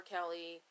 Kelly